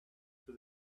for